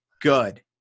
good